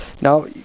Now